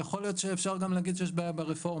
יכול להיות שאפשר גם להגיד שיש בעיה ברפורמה,